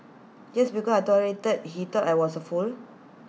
just because I tolerated he thought I was A fool